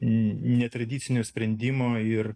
netradicinio sprendimo ir